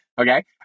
okay